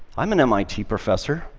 i'm an mit professor.